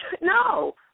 No